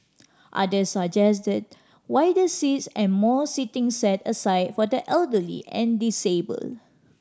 others suggested wider seats and more seating set aside for the elderly and disabled